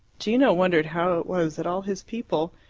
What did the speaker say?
gino wondered how it was that all his people,